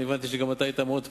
הבנתי שגם אתה היית מאוד פעיל.